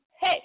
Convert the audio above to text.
Hey